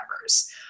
members